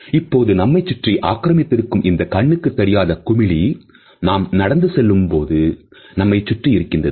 இப்பொழுது நம்மைச் சுற்றி ஆக்கிரமித்திருக்கும் இந்த கண்ணுக்குத் தெரியாத குமிழி நாம் நடந்து செல்லும் போது நம்மைச் சுற்றி இருக்கிறது